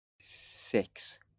Six